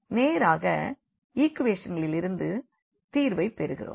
நேராக ஈக்குவேஷன்களிலிருந்து தீர்வைப் பெறுகிறோம்